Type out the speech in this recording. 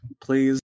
Please